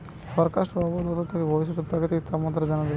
forecast বা আবহায়া দপ্তর থেকে ভবিষ্যতের প্রাকৃতিক তাপমাত্রা জানা যায়